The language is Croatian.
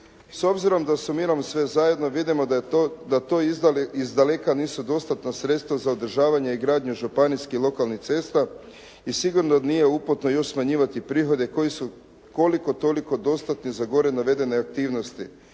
S obzirom da sumiram sve zajedno vidimo da to izdaleka nisu dostatna sredstva za održavanje i gradnju županijskih lokalnih cesta i sigurno nije uputno još smanjivati prihode koji su koliko toliko dostatni za gore navedene aktivnosti